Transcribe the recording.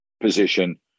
position